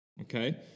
Okay